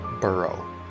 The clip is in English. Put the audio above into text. burrow